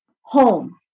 home